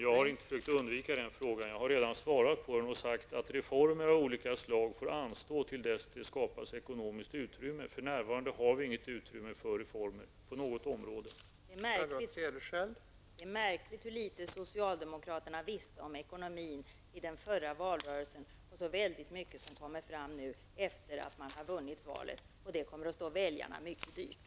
Fru talman! Det är märkligt hur litet socialdemokraterna visste om ekonomin i den förra valrörelsen och hur väldigt mycket som har kommit fram efter det att de vunnit valet. Det kommer att stå väljarna mycket dyrt.